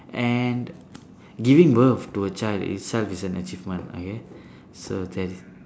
and giving birth to a child itself is an achievement okay so that is